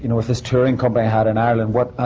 you know with this touring company i had in ireland, what. i.